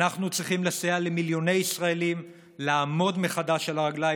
אנחנו צריכים לסייע למיליוני ישראלים לעמוד מחדש על הרגליים.